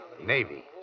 navy